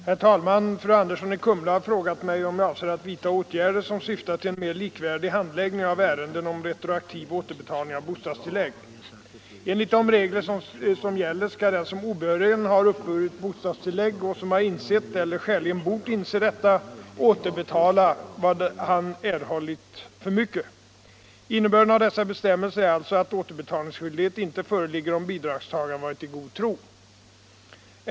Herr talman! Fru Andersson i Kumla har frågat mig om jag avser att vidta åtgärder som syftar till en mer likvärdig handläggning av ärenden om retroaktiv återbetalning av bostadstillägg. Enligt de regler som gäller skall den som obehörigen har uppburit bostadstillägg och som har insett eller skäligen bort inse detta återbetala vad han har erhållit för mycket. Innebörden av dessa bestämmelser är alltså att återbetalningsskyldighet inte föreligger om bidragstagaren varit i god tro.